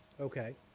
Okay